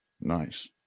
Nice